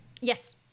Yes